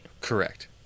Correct